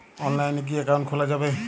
অনলাইনে কি অ্যাকাউন্ট খোলা যাবে?